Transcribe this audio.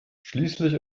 schließlich